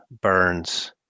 Burns